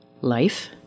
life